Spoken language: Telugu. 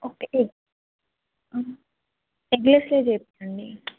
ఓకే ఎగ ఎగ్లెస్లే పెట్టండి